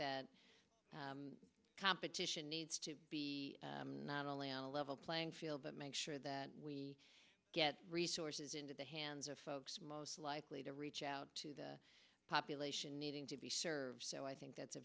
that competition needs to be not only on a level playing field but make sure that we get resources into the hands of folks most likely to reach out to the population needing to be served so i think that's a